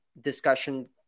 discussion